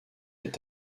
est